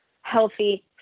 healthy